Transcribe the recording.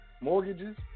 Mortgages